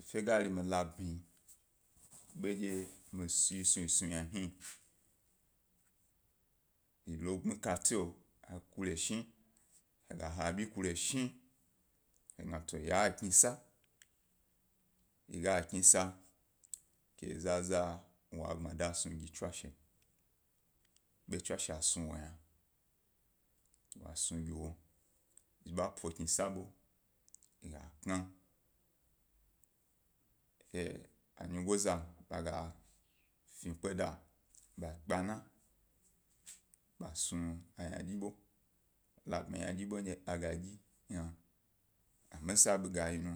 Efe ga ri mi labmyi, bendye yi snu ye snu yna hni, yi lo ggbui, e kate, he kure shini, he ga ha ḃi kure shni, he gna to ya knisa yi ga eknisa ke za za wo gbmada snugi, tswashe, ḃe tswashe snu wo gna, wo snu gi wo, he ḃa po knisa ḃo yi ya kna gbma, anyigo ba ḃa ga fye kpe da ke ḃa kpena ḃna snu yna dyi ḃe, labniyi ynadyi ndye ga dyi yna, a misa ga yi nu,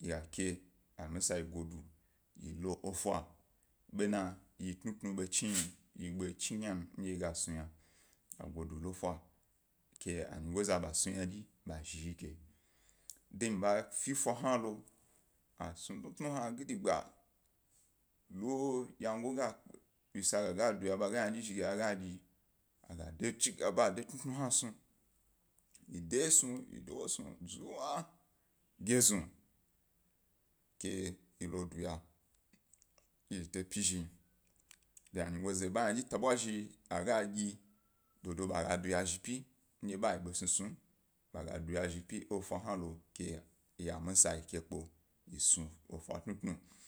hega ke yi godu yi lo efa, bena yi tnutmi, ye gbe ḃa chri ge nu ndye gas nu yna, ke anyigo za ḃa smu ynadyi zhi yi ge, de ndye ḃa fa hna lo a snu tnutnu hna gidigba lo wyi sag a duga ḃa ga ynadyi zhi ge a ga dyi a de bedyi a de tnutnu hna snu, yi to duya, yi de pyi zhi de a nyigo yi, ḃa ynadyi tabwa zhi ga dyi do do be ga duya zhi pyi ndye bayi besnusnum, ḃa ga daya zhi pyi za hna lo key a misa yi ke kpe efa hna lo yi snu efa tnutnu.